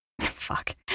Fuck